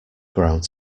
ground